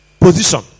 position